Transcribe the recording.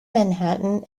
manhattan